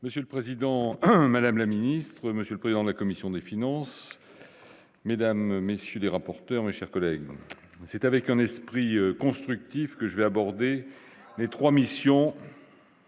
Monsieur le Président, Madame la Ministre, Monsieur le Président de la commission des finances, mesdames, messieurs les rapporteurs, mes chers collègues, c'est avec un esprit constructif que je vais aborder les 3 missions.